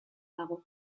dago